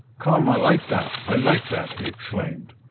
come, i like that! i like that! he exclaimed.